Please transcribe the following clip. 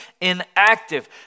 inactive